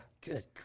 good